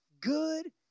good